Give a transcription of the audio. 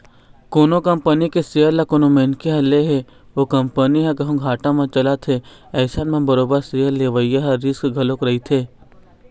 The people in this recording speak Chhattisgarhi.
कोनो कंपनी के सेयर ल कोनो मनखे ह ले हे ओ कंपनी ह कहूँ घाटा म चलत हे अइसन म बरोबर सेयर लेवइया ल रिस्क घलोक रहिथे